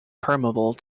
permeable